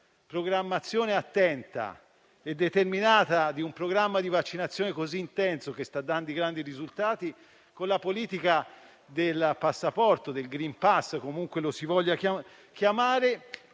programmazione attenta e determinata di un programma di vaccinazione così intenso, che sta dando grandi risultati, e della politica del passaporto vaccinale (o *green pass*, comunque lo si voglia chiamare)